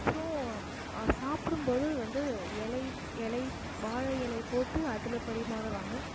அப்றம் சாப்பிடும்போது வந்து இலை ப் இலை வாழையிலை போட்டு அதில் பரிமாறுவாங்க